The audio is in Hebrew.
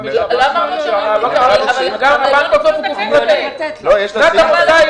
גם מי שהבנק מעריך --- גם הבנק --- נקודת המוצא היא